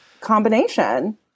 combination